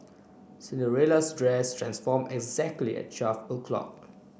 Cinderella's dress transformed exactly at twelve o'clock